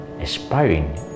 aspiring